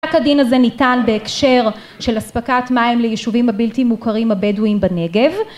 פסק הדין הזה ניתן בהקשר של אספקת מים ליישובים הבלתי מוכרים הבדואים בנגב